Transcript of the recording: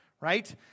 Right